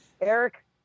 Eric